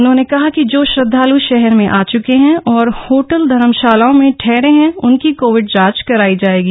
उन्होंने कहा कि जो श्रद्धाल् शहर में आ च्के हैं और होटल धर्मशालाओं ठहरे हैं उनकी कोविड जांच जाएगी